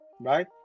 Right